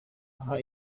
uha